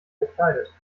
gekleidet